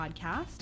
podcast